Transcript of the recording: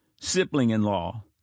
sibling-in-law